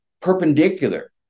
perpendicular